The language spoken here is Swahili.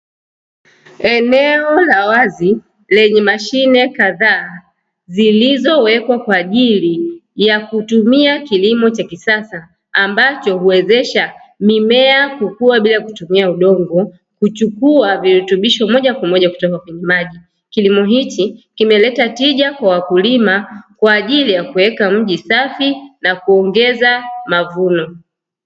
Eneo la wazi lenye mashine kadhaa, zilizowekwa kwa ajili ya kutumia kilimo cha kisasa, ambacho huwezesha mimea kukua bila kutumia udongo, huchukua virutubisho moja kwa moja kutoka kwenye maji. Kilimo hichi kimeleta tija kwa wakulima, kwa ajili ya kuweka mji safi na kuongeza mavuno.